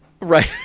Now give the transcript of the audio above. Right